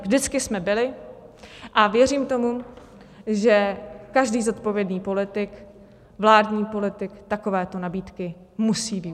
Vždycky jsme byli a věřím tomu, že každý zodpovědný politik, vládní politik takovéto nabídky musí využít.